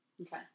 Okay